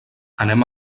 anem